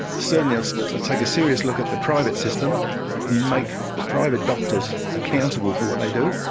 certainly i'd so take a serious look at the private system and make the private doctors accountable for what they do.